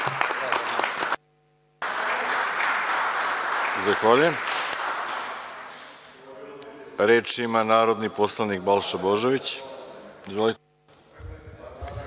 ovde. Reč ima narodni poslanik Balša Božović,